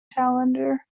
challenger